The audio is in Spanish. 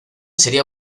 sería